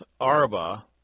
Arba